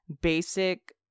basic